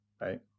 right